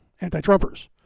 anti-Trumpers